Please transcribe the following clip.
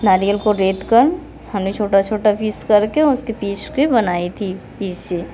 नारियल को रेत कर हमेने छोटा छोटा पीस करके उसके पीस के बनाई थी पिसे